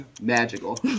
magical